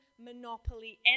monopoly